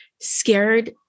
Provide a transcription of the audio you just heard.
scared